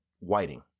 whiting